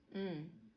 mm